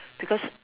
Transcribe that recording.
because